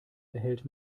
erhält